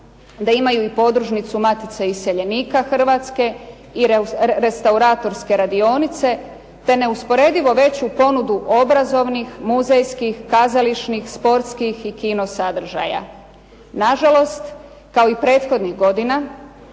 da imaju i podružnicu matice iseljenika Hrvatske i restauratorske radionice, te neusporedivo veću ponudu obrazovnih, muzejskih, kazališnih, sportskih i kino sadržaja. Na žalost kao i prethodnih godina,